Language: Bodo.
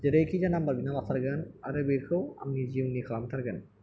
जेरैखि जाया नाम्बार बिना लाथारगोन आरो बेखौ आंनि जिउनि खालामथारगोन